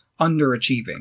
underachieving